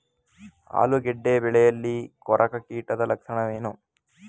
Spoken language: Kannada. ಆಲೂಗೆಡ್ಡೆ ಬೆಳೆಯಲ್ಲಿ ಕೊರಕ ಕೀಟದ ಲಕ್ಷಣವೇನು?